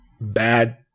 bad